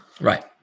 Right